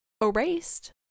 erased